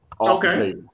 Okay